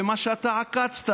ומה שאתה עקצת,